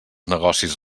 negocis